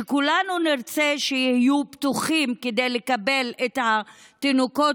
שכולנו נרצה שיהיו פתוחים כדי לקבל את התינוקות